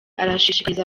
arashishikariza